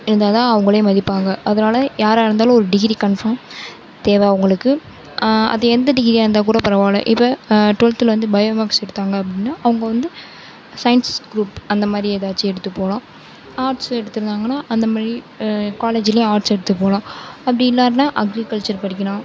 இருந்தால்தான் அவங்களே மதிப்பாங்க அதனால் யாராக இருந்தாலும் ஒரு டிகிரி கன்ஃபார்ம் தேவை அவங்களுக்கு அது எந்த டிகிரியாக இருந்தால் கூடோ பரவாயில்ல இப்போ டுவல்த்தில் வந்து பயோ மேக்ஸ் எடுத்தாங்க அப்படின்னா அவங்க வந்து சயின்ஸ் க்ரூப் அந்தமாதிரி ஏதாச்சி எடுத்து போகலாம் ஆட்ஸ் எடுத்திருந்தாங்கனா அந்தமாதிரி காலேஜில் ஆட்ஸ் எடுத்து போகலாம் அப்படி இல்லாட்டினா அக்ரிகல்ச்சர் படிக்கலாம்